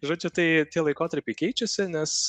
žodžiu tai tie laikotarpiai keičiasi nes